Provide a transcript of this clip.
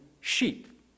sheep